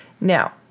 Now